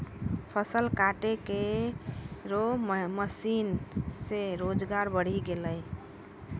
फसल काटै केरो मसीन सें रोजगार बढ़ी गेलै